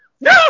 No